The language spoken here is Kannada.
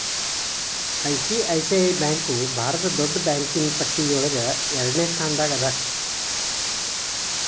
ಐ.ಸಿ.ಐ.ಸಿ.ಐ ಬ್ಯಾಂಕ್ ಭಾರತದ್ ದೊಡ್ಡ್ ಬ್ಯಾಂಕಿನ್ನ್ ಪಟ್ಟಿಯೊಳಗ ಎರಡ್ನೆ ಸ್ಥಾನ್ದಾಗದ